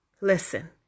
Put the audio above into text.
Listen